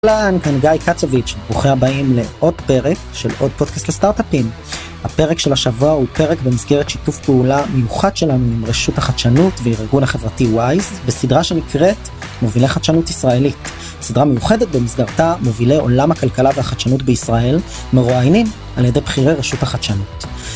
כאן גיא קצוביץ' ברוכים הבאים לעוד פרק של עוד פודקאסט לסטארטאפים. הפרק של השבוע הוא פרק במסגרת שיתוף פעולה מיוחד שלנו עם רשות החדשנות והארגון החברתי וויז בסדרה שנקראת מובילי חדשנות ישראלית סדרה מיוחדת במסגרתה מובילי עולם הכלכלה והחדשנות בישראל מרואיינים על ידי בחירי רשות החדשנות.